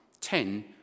ten